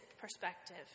perspective